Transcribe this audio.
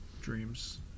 dreams